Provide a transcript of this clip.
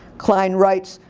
klein writes,